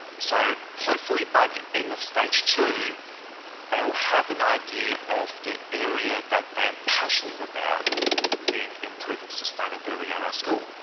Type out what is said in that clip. so, hopefully by the end of stage two they'll have an idea of the area that they are passionate about in improving sustainability at our school.